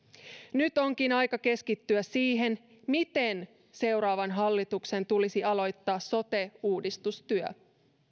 nyt onkin aika keskittyä siihen miten seuraavan hallituksen tulisi aloittaa sote uudistustyö